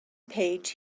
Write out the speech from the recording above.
page